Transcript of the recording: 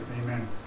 Amen